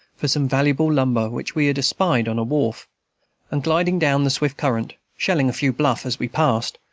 for some valuable lumber which we had espied on a wharf and gliding down the swift current, shelling a few bluffs as we passed,